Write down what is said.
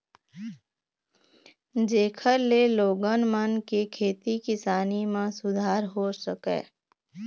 जेखर ले लोगन मन के खेती किसानी म सुधार हो सकय